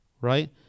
right